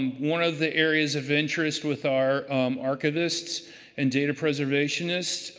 um one of the areas of interest with our archivists and data preservationists